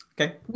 Okay